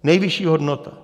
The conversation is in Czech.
Nejvyšší hodnota!